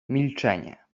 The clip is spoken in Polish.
milczenie